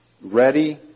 ready